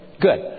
good